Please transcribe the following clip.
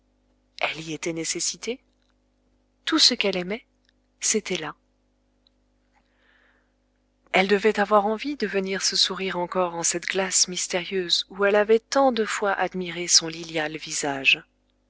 elle y était nécessitée tout ce qu'elle aimait c'était là elle devait avoir envie de venir se sourire encore en cette glace mystérieuse où elle avait tant de fois admiré son lilial visage